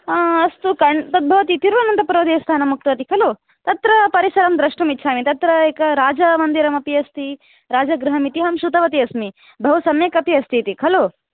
अस्तु तद् भवति तिरुवनन्तपुरदेवस्थलम् उक्तवती खलु तत्र परिसरं द्रष्टुम् इच्छामि तत्र एकः राजमन्दिरम् अपि अस्ति राजगृहम् अहं श्रुतवती अस्मि बहु सम्यक् अपि अस्ति इति खलु